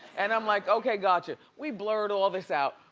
and i'm like, okay, got you. we blurred all this out,